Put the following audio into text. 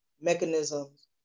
mechanisms